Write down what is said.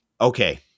Okay